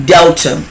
Delta